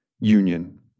union